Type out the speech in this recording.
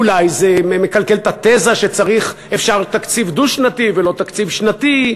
אולי זה מקלקל את התזה שאפשר תקציב דו-שנתי ולא תקציב שנתי,